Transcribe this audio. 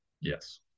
Yes